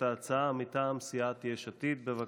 עודד פורר,